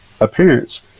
appearance